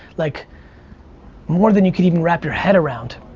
like more than you can even wrap your head around.